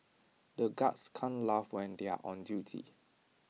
the guards can't laugh when they are on duty